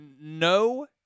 no